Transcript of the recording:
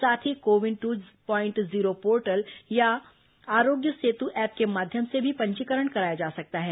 साथ ही CoWIN two point zero portal या आरोग्य सेतु ऐप के माध्यम से भी पंजीकरण कराया जा सकता है